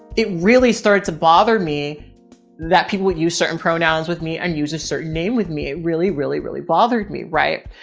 it really started to bother me that people would use certain pronouns with me and use a certain name with me. it really, really, really bothered me. right.